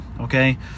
okay